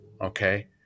Okay